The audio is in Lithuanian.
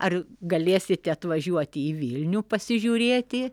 ar galėsite atvažiuoti į vilnių pasižiūrėti